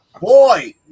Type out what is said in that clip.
Boy